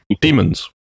demons